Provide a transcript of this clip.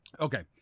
Okay